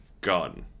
gun